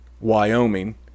Wyoming